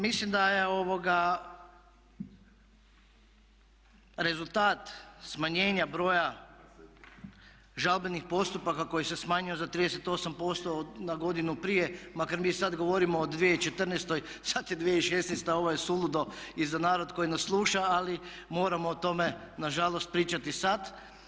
Mislim da je rezultat smanjenja broja žalbenih postupaka koji se smanjuju za 38% na godinu prije, makar mi sada govorimo o 2014., sada je 2016., ovo je suludo i za narod koji nas sluša ali moramo o tome nažalost pričati sada.